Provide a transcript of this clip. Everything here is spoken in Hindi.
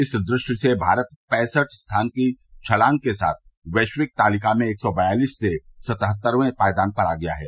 इस दूर्घट से भारत पैंसठ स्थान की छलांग के साथ वैश्विक तालिका में एक सौ बयालिस से सतहत्तरवे पायदान पर आ गया है